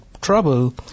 trouble